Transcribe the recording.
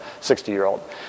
60-year-old